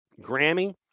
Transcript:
Grammy